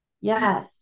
yes